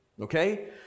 Okay